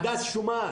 הדס שומעת,